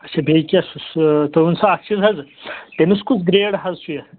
اچھا بیٚیہِ کینٛہہ سُہ تُہُنٛد سُہ اَکھ چیٖز حظ تٔمِس کُس گرٛیڈ حظ چھُ یہِ